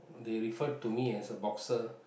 they refer to me as a boxer